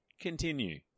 continue